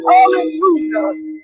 Hallelujah